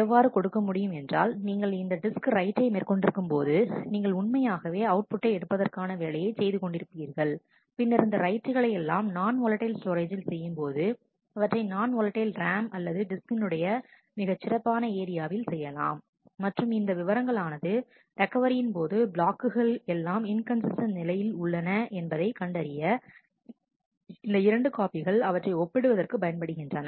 எவ்வாறு கொடுக்க முடியும் என்றால் நீங்கள் இந்த டிஸ்க் ரைட்டை மேற்கொண்டிருக்கும் போது நீங்கள் உண்மையாகவே அவுட் புட்டை எடுப்பதற்கான வேலையை செய்து கொண்டிருப்பீர்கள் பின்னர் இந்த ரைட்டுகளை எல்லாம் நான் ஓலடைல் ஸ்டோரேஜ் ஜில் செய்யும்போது அவற்றை நான் ஓலடைல் ராம் அல்லது டிஸ்கி னுடைய மிகப் சிறப்பான ஏரியாவில் செய்யலாம் மற்றும் இந்த விவரங்கள் ஆனது ரெக்கவரி யின்போது பிளாக்குகள் எல்லாம் இன்கன்சிஸ்டன்ட் நிலையில் உள்ளன என்பதை கண்டறிய இந்த இரண்டு காப்பிகள் அவற்றை ஒப்பிடுவதற்கு பயன்படுகின்றன